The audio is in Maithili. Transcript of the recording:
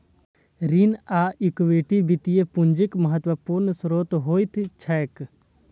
ऋण आ इक्विटी वित्तीय पूंजीक महत्वपूर्ण स्रोत होइत छैक